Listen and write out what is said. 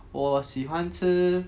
我喜欢吃